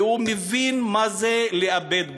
והוא מבין מה זה לאבד בית,